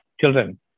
children